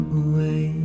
away